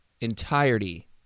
entirety